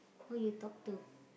who you talk to